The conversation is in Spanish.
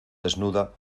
desnuda